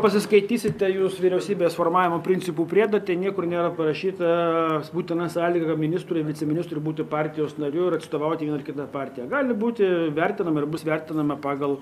pasiskaitysite jūs vyriausybės formavimo principų priedą tai niekur nėra parašyta būtina sąlyga ministrui viceministrui būti partijos nariu ir atstovauti vieną ar kitą partiją gali būti vertinama ir bus vertinama pagal